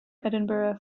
edinburgh